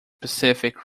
pacific